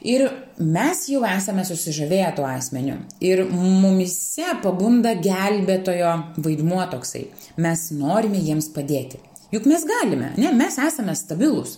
ir mes jau esame susižavėję tuo asmeniu ir mumyse pabunda gelbėtojo vaidmuo toksai mes norime jiems padėti juk mes galime ane mes esame stabilūs